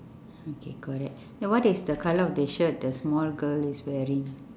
okay correct what is the colour of the shirt the small girl is wearing